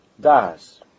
Das